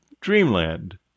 dreamland